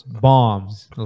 Bombs